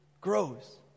grows